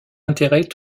intérêt